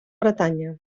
bretanya